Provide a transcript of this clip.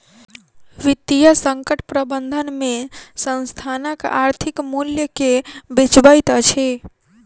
वित्तीय संकट प्रबंधन में संस्थानक आर्थिक मूल्य के बचबैत अछि